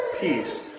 peace